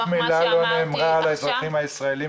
לא ראו את הילדים שלהם חודשים ארוכים.